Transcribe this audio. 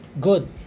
good